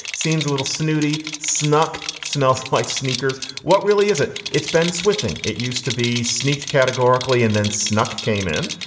seems a little snooty, snuck, smells like sneakers. what really is it? it's been switching. it used to be sneaked categorically and then snuck came in.